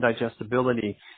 digestibility